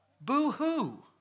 Boo-hoo